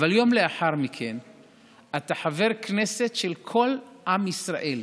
אבל יום לאחר מכן אתה חבר כנסת של כל עם ישראל,